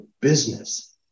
business